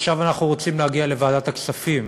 עכשיו אנחנו רוצים להגיע לוועדת הכספים